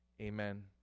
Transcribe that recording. Amen